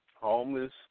homeless